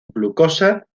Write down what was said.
glucosa